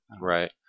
right